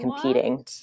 competing